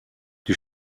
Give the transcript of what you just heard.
die